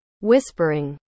Whispering